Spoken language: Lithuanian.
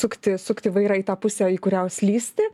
sukti sukti vairą į tą pusę į kurią slysti